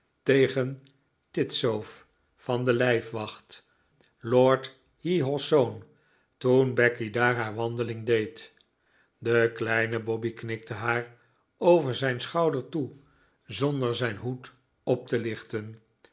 tegen titzoof van de lijfwacht lord heehaw's zoon toen becky daar haar wandeling deed de kleine bobby knikte haar over zijn schouder toe zonder zijn hoed op te lichten